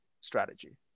strategy